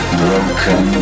broken